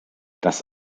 das